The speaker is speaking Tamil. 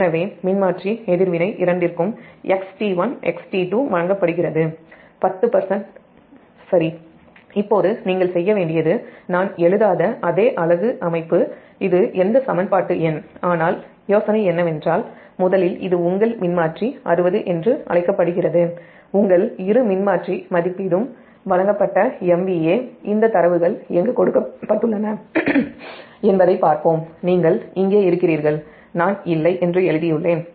எனவே ட்ரான்ஸ்ஃபார்மர் எதிர்வினை இரண்டிற்கும் XT1 XT2 10 வழங்கப் படுகிறது சரி இப்போது நீங்கள் செய்ய வேண்டியது நான் எழுதாத அதே அலகு அமைப்பு ஆனால் யோசனை என்னவென்றால் முதலில் இது உங்கள் ட்ரான்ஸ்ஃபார்மர் 60MVA என்று அழைக்கப்படுகிறது உங்கள் இரு ட்ரான்ஸ்ஃபார்மர் மதிப்பீடும் இந்த டேட்டா எங்கு கொடுக்கப்பட்டுள்ளன என்பதைப் பார்ப்போம் நீங்கள் இங்கே இருக்கிறீர்கள் நான் இல்லை என்று எழுதியுள்ளேன்